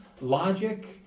logic